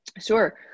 Sure